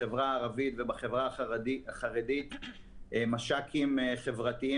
בחברה הערבית ובחברה החרדית יש מש"קים חברתיים